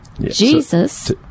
Jesus